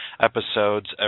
episodes